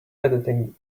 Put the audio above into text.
editing